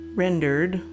rendered